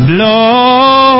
Blow